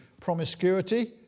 promiscuity